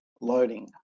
loading